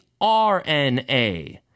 RNA